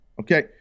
Okay